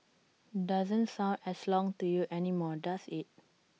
doesn't sound as long to you anymore does IT